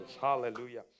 Hallelujah